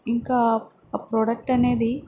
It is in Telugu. ఇంకా ఆ ప్రోడక్ట్ అనేది